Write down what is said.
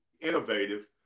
innovative